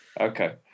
Okay